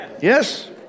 Yes